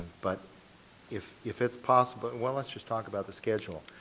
but if if it's possible, well, let's just talk about the schedule.